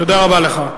תודה רבה לך.